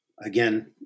again